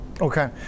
okay